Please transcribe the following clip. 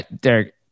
Derek